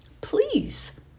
Please